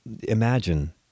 imagine